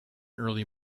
early